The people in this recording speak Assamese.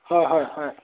হয় হয় হয়